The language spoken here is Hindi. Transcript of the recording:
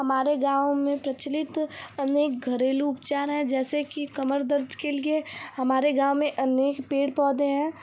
हमारे गाँव में प्रचलित अनेक घरेलू उपचार हें जैसे की कमर दर्द के लिए हमारे गाँव में अनेक पेड़ पौधे हें